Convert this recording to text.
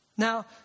Now